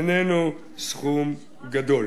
איננו סכום גדול.